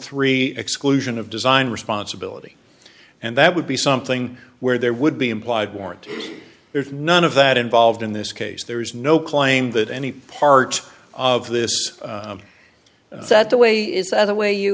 three exclusion of design responsibility and that would be something where there would be implied warranty there is none of that involved in this case there is no claim that any part of this that the way is the other way you